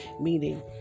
meaning